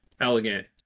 elegant